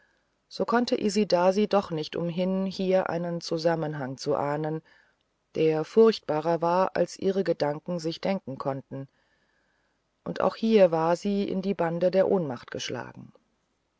so konnte isidasi doch nicht umhin hier einen zusammenhang zu ahnen der furchtbarer war als ihre gedanken sich denken konnten und auch hier war sie in die bande der ohnmacht geschlagen